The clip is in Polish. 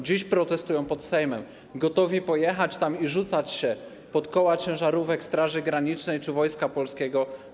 Dziś protestują pod Sejmem gotowi pojechać tam i rzucać się pod koła ciężarówek Straży Granicznej czy Wojska Polskiego.